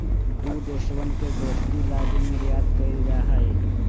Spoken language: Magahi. दु देशवन के दोस्ती ला भी निर्यात कइल जाहई